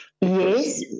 Yes